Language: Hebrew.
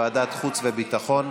לוועדת החוץ והביטחון.